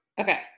Okay